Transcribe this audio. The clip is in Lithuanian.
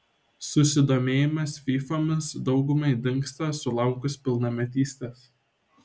susidomėjimas fyfomis daugumai dingsta sulaukus pilnametystės